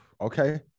Okay